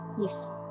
yes